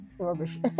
Rubbish